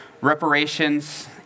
reparations